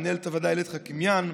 ומנהלת הוועדה איילת חאקימיאן.